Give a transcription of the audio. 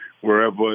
wherever